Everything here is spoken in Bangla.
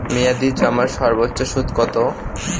মেয়াদি জমার সর্বোচ্চ সুদ কতো?